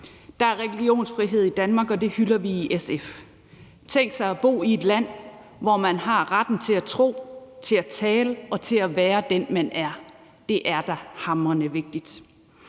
Der er religionsfrihed i Danmark, og det hylder vi i SF. Tænk sig at bo i et land, hvor man har retten til at tro, tale og være som den, man er – det er da hamrende vigtigt.